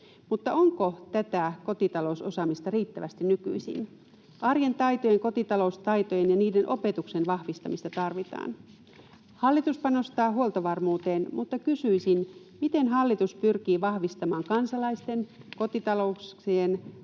Mutta onko tätä kotitalousosaamista riittävästi nykyisin? Arjen taitojen, kotitaloustaitojen ja niiden opetuksen vahvistamista tarvitaan. Hallitus panostaa huoltovarmuuteen, mutta kysyisin: miten hallitus pyrkii vahvistamaan kansalaisten, kotitalouksien